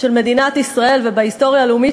של מדינת ישראל ובהיסטוריה הלאומית